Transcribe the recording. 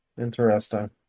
Interesting